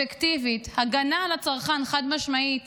אפקטיבית, הגנה על הצרכן, חד-משמעית,